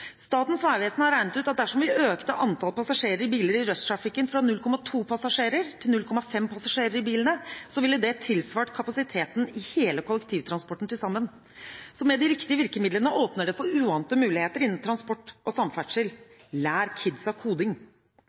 Statens vegvesen har regnet ut at dersom vi økte antall passasjerer i biler i rushtrafikken fra 0,2 passasjerer til 0,5 passasjerer, ville det tilsvart kapasiteten i all kollektivtransport til sammen. Så med de riktige virkemidlene åpner det for uante muligheter innen transport og samferdsel – lær kidsa koding.